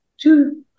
two